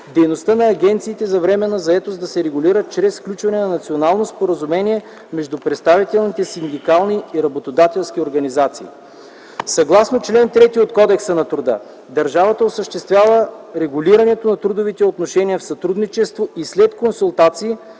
дейността на агенциите за временна заетост да се регулира чрез сключване на Национално споразумение между представителните синдикални и работодателски организации. Съгласно чл. 3 от Кодекса на труда, държавата осъществява регулирането на трудовите отношения в сътрудничество и след консултации